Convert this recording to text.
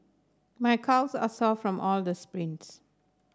my calves are sore from all the sprints